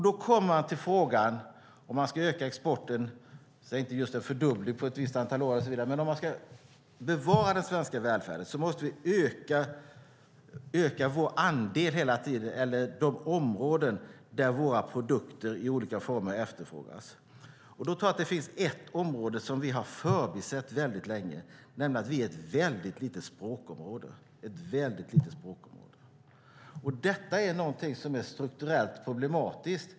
Då kommer vi till frågan om vi ska öka exporten, även om det inte är just en fördubbling på ett visst antal år. Om vi ska bevara den svenska välfärden måste vi hela tiden utöka de områden där våra produkter i olika former efterfrågas. Då finns det ett område som vi har förbisett länge, nämligen att vi är ett väldigt litet språkområde. Detta är någonting som är strukturellt problematiskt.